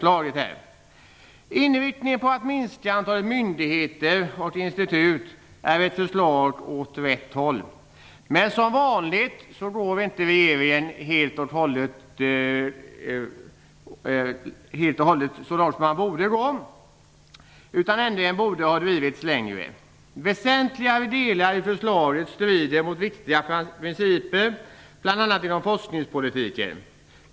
När det gäller inriktningen mot att minska antalet myndigheter och institut går förslaget åt rätt håll. Men som vanligt går regeringen inte helt och hållet så långt som den borde gå. Ändringen borde ha drivits längre. Väsentliga delar i förslaget strider mot viktiga principer, bl.a. inom forskningspolitiken.